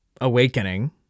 awakening